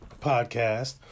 podcast